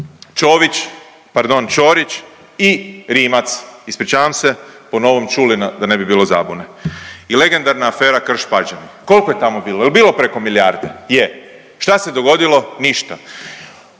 Čović, pardon Ćorić i Rimac, ispričavam se, po novom Čulina da ne bi bilo zabune i legendarna afera Krš-Pađene, kolko je tamo bilo, jel bilo preko milijarde? Je. Šta se dogodilo? Ništa.